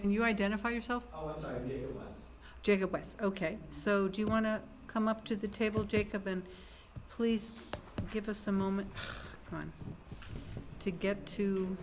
and you identify yourself ok so do you want to come up to the table jacob and please give us a moment trying to get to